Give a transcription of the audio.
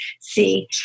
see